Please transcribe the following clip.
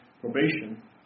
probation